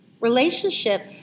relationship